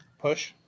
Push